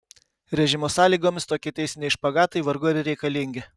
režimo sąlygomis tokie teisiniai špagatai vargu ar reikalingi